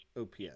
OPS